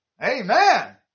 Amen